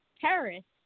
terrorists